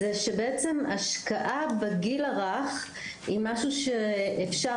זה שבעצם השקעה בגיל הרך היא משהו שאפשר